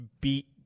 beat